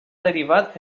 derivat